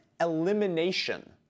elimination